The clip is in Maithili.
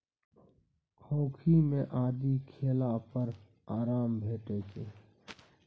खोंखी मे आदि खेला पर आराम भेटै छै